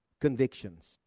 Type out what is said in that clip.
convictions